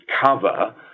cover